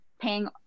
paying